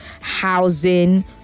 housing